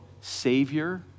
Savior